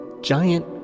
giant